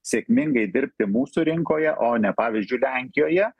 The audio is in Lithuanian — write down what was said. sėkmingai dirbti mūsų rinkoje o ne pavyzdžiui lenkijoje